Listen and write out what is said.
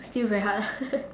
still very hard lah